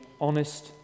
honest